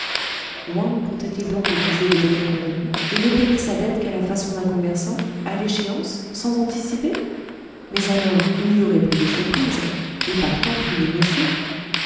wang comptait-il donc épuiser le délai convenu et ne payer sa dette qu'à la façon d'un commerçant à l'échéance sans anticiper mais alors il n'y aurait plus de surprise et partant plus d'émotion